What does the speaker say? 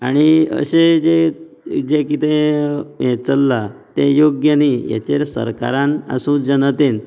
आनी अशें जें जें कितें हें चल्लां तें योग्य न्ही हेजेर सरकारान आसूं जनतेन